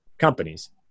companies